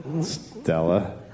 Stella